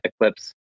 eclipse